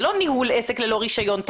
זה לא ניהול עסק ללא רישיון,